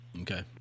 Okay